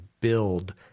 build